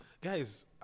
guys